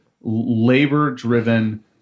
labor-driven